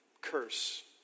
curse